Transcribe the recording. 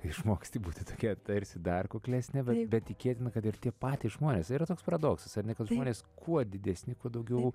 išmoksti būti tokia tarsi dar kuklesnė bet tikėtina kad ir tie patys žmonės yra toks paradoksas ar ne kad žmonės kuo didesni kuo daugiau